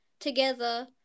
together